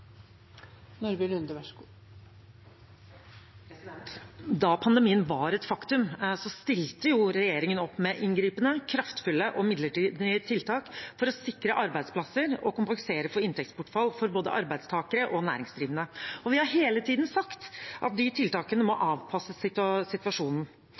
Da pandemien var et faktum, stilte jo regjeringen opp med inngripende, kraftfulle og midlertidige tiltak for å sikre arbeidsplasser og kompensere for inntektsbortfall for både arbeidstakere og næringsdrivende. Vi har hele tiden sagt at de tiltakene må avpasses situasjonen,